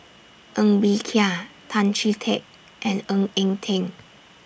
Ng Bee Kia Tan Chee Teck and Ng Eng Teng